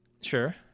Sure